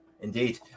indeed